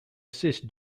assist